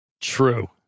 True